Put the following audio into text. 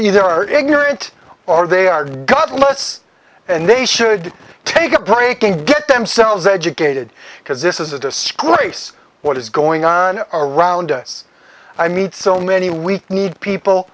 either are ignorant or they are god let's and they should take a break and get themselves educated because this is a disgrace what is going on around us i meet so many weak kneed people